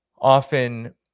often